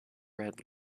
red